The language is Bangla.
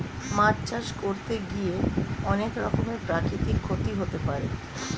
মাছ চাষ করতে গিয়ে অনেক রকমের প্রাকৃতিক ক্ষতি হতে পারে